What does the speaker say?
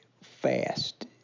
fast